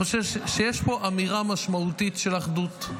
אני חושב שיש פה אמירה משמעותית של אחדות,